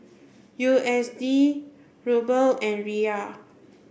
U S D Ruble and Riyal